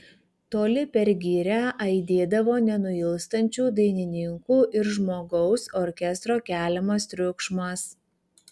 toli per girią aidėdavo nenuilstančių dainininkų ir žmogaus orkestro keliamas triukšmas